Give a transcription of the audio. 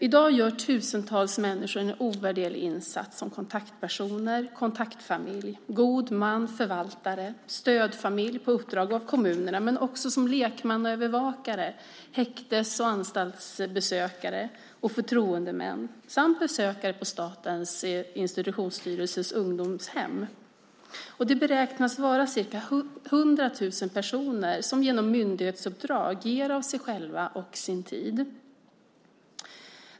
I dag gör tusentals människor ovärderliga insatser som kontaktpersoner, kontaktfamiljer, god man, förvaltare och stödfamiljer på uppdrag av kommunerna men också som lekmannaövervakare, häktes och anstaltsbesökare och förtroendemän samt besökare på Statens institutionsstyrelses ungdomshem. Det beräknas vara ca 100 000 personer som genom myndighetsuppdrag ger av sig själva och sin tid.